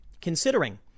Considering